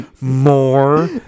more